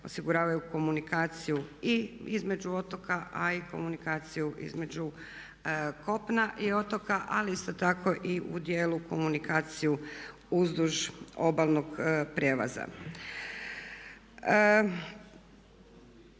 osiguravaju komunikaciju i između otoka a i komunikaciju između kopna i otoka ali isto tako i u dijelu komunikacije uzduž obalnog prijelaza.